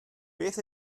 beth